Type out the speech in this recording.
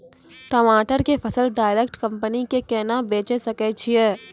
टमाटर के फसल डायरेक्ट कंपनी के केना बेचे सकय छियै?